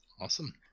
Awesome